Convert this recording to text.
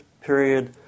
period